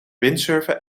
windsurfen